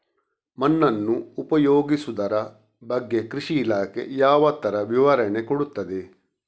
ಮಣ್ಣನ್ನು ಉಪಯೋಗಿಸುದರ ಬಗ್ಗೆ ಕೃಷಿ ಇಲಾಖೆ ಯಾವ ತರ ವಿವರಣೆ ಕೊಡುತ್ತದೆ?